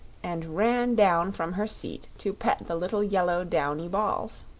and ran down from her seat to pet the little yellow downy balls.